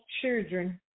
children